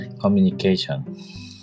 communication